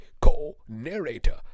co-narrator